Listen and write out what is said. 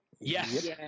Yes